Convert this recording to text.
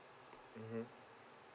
mmhmm